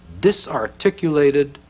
disarticulated